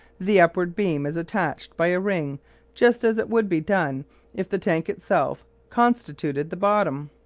the upward beam is attached by a ring just as would be done if the tank itself constituted the bottom.